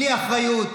בלי אחריות,